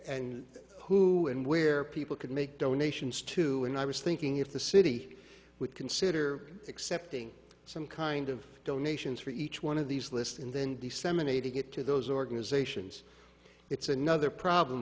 and who and where people could make donations to and i was thinking if the city would consider accepting some kind of donations for each one of these lists and then disseminating it to those organizations it's another problem